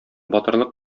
батырлык